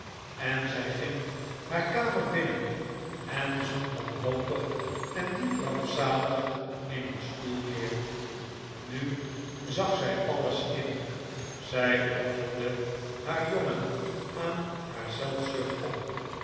en zij ging haar kamer binnen en zonk wanhopig en diep rampzalig in een stoel neer nu zag zij alles in zij offerde haar jongen aan haar zelfzucht op